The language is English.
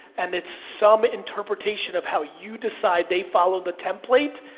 and it's some interpretation of how you decide they follow the template,